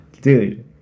Dude